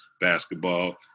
basketball